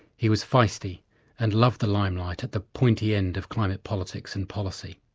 he was feisty and loved the limelight at the pointy end of climate politics and policy.